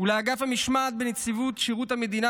ולאגף המשמעת בנציבות שירות המדינה